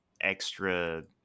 extra